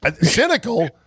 Cynical